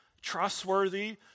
trustworthy